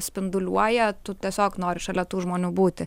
spinduliuoja tu tiesiog nori šalia tų žmonių būti